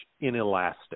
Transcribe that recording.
inelastic